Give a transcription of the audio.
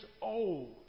old